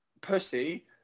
pussy